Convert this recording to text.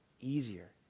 easier